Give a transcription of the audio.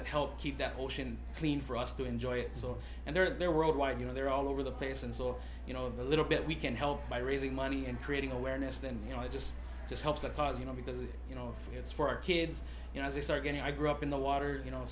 that help keep that ocean clean for us to enjoy it so and they're there worldwide you know they're all over the place and so you know a little bit we can help by raising money and creating awareness that you know just just helps our cause you know because you know it's for our kids you know they start getting i grew up in the water you know